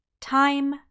time